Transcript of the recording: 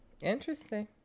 Interesting